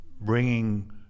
bringing